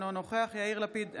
אינו נוכח יאיר לפיד,